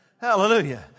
Hallelujah